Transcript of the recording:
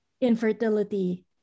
infertility